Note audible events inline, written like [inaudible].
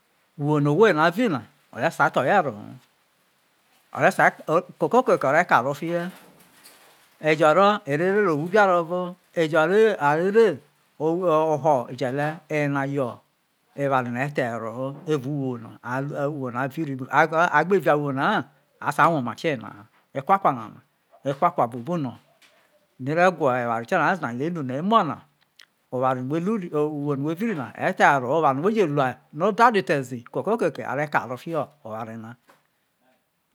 Uwo no̠ owo ye na vi na o̠ re̠ sai tho̠ ye̠ e̠roho ore̠ sai tho̠ ko̠ oke ko'ke ore karo fiye [noise] ejo̠ ro̠ aro̠ ere ro wo ibi aro o̠vo ejo ero̠ aro̠ e̠ro eje̠le oye na yo oware no̠ ore sia thoro e̠roho evao uwo no avi ria agbe via uwo na ha a sai woma tioye na ha ekwa kwa nana yo̠ ekwakwa buobu no̠ ne re gwa eware utioye na ze na yo oware no wo w ri na othia eroho yo̠ oware no̠ wo je lu ai no o da ri te ezi koke koke are̠ karo fi ho oware na.